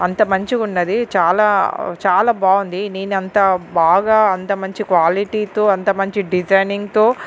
అంత మంచిగా ఉన్నది చాలా చాలా బాగుంది నేను అంత బాగా అంత మంచి క్వాలిటీతో అంత మంచి డిజైనింగ్తో